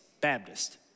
Baptist